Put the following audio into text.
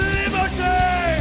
liberty